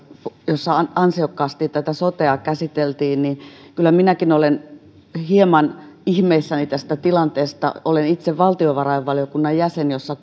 jossa ansiokkaasti sotea käsiteltiin että kyllä minäkin olen hieman ihmeissäni tästä tilanteesta olen itse valtiovarainvaliokunnan jäsen jossa